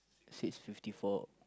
stage fifty four